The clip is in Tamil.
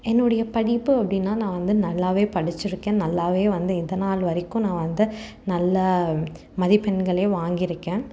என்னுடைய படிப்பு அப்படின்னா நான் வந்து நல்லாவே படிச்சிருக்கேன் நல்லாவே வந்து இதனால் வரைக்கும் நான் வந்து நல்லா மதிப்பெண்களையும் வாங்கியிருக்கேன்